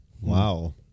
Wow